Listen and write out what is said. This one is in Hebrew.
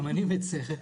גם אני מצר על כך.